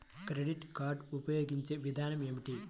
Credit card ఉపయోగించే విధానం ఏమి?